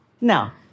Now